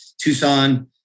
Tucson